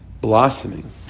blossoming